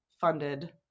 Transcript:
funded